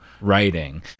writing